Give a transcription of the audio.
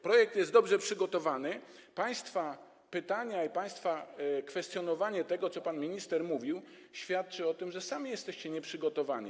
Projekt jest dobrze przygotowany, państwa pytania i państwa kwestionowanie tego, co pan minister mówił, świadczą o tym, że sami jesteście nieprzygotowani.